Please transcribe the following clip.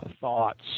thoughts